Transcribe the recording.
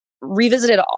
revisited